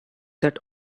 that